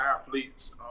athletes